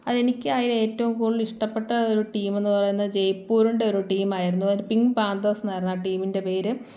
അത് എനിക്ക് അതിൽ ഏറ്റവും കൂടുതലിഷ്ടപ്പെട്ട ഒരു ടീം എന്ന് പറയുന്നത് ജയ്പൂരിൻറ്റൊരു ടീമായിരുന്നു അത് പിങ്ക് പാന്തേഴ്സ് എന്നായിരുന്നു ആ ടീമിൻറ്റെ പേര്